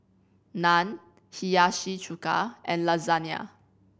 Naan Hiyashi Chuka and Lasagna